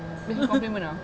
it's a compliment ah